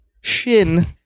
Shin